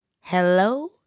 Hello